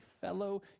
fellow